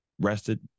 Rested